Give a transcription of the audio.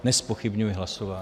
Nezpochybňuji hlasování.